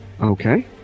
Okay